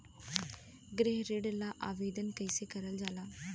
गृह ऋण ला आवेदन कईसे करल जाला?